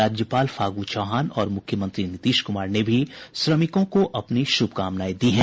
राज्यपाल फागू चौहान और मुख्यमंत्री नीतीश कुमार ने भी श्रमिकों को अपनी श्रभकामनाएं दी हैं